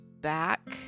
back